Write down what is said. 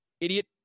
idiot